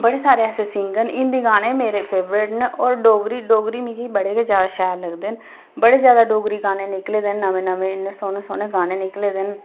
बड़े सारे ऐसे सिंगर न हिंदी गाने मेरे फेवरेट न और डोगरी डोगरी मिगी बड़े ज्यादा शैल लगदे न बड़े ज्यादा डोगरी गाने निकले देन नमें नमें इन्ने सोह्ने सोह्ने गाने निकले दे न